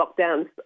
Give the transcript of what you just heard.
lockdowns